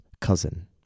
cousin